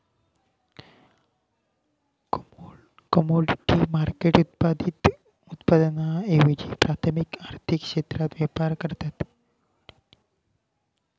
commodity market उत्पादित उत्पादनांऐवजी प्राथमिक आर्थिक क्षेत्रात व्यापार करता